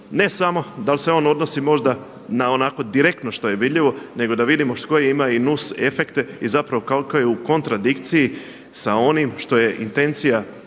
ne samo da li se on odnosi možda na onako direktno što je vidljivo, nego da vidimo koje ima i nusefekte i zapravo koliko je u kontradikciji sa onim što je intencija